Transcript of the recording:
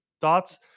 thoughts